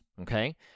Okay